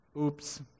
Oops